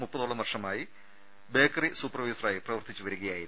മുപ്പതോളം വർഷമായി ബേക്കറി സൂപ്പർവൈസറായി പ്രവർത്തിച്ചുവരികയായിരുന്നു